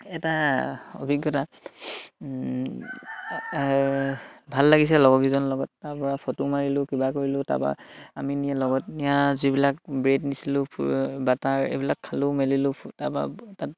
এটা অভিজ্ঞতা ভাল লাগিছে লগৰ কেইজনৰ লগত তাৰ পৰা ফটো মাৰিলোঁ কিবা কৰিলোঁ তাৰপা আমি নি লগত নিয়া যিবিলাক ব্ৰেড নিছিলোঁ বাটাৰ এইবিলাক খালোঁ মেলিলোঁ তাৰপা তাত